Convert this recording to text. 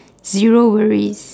zero worries